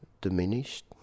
diminished